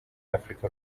afurika